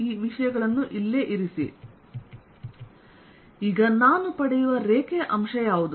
ಆದ್ದರಿಂದ ನಾನು ಪಡೆಯುವ ರೇಖೆಯ ಅಂಶ ಯಾವುದು